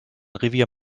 revier